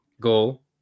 goal